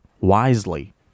wisely